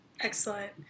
Excellent